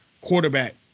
quarterback